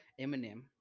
Eminem